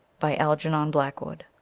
by algernon blackwood